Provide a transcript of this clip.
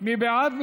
מי בעד?